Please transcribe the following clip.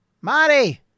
Marty